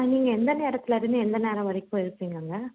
நீங்கள் எந்த நேரத்திலிருந்து எந்த நேரம் வரைக்கும் இருப்பீங்கங்க